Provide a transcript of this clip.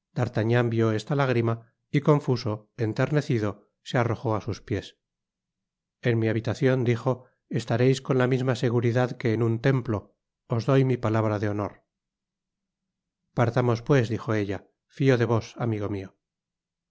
vió esta lágrima y confuso enternecido se arrojó á sus piés en mi habitacion dijo estareis con la misma seguridad que en un templo os doy mi palabra de honor partamos pues dijo ella fio de vos amigo mio